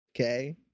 okay